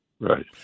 Right